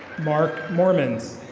mark mormons.